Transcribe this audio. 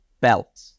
belt